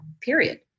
period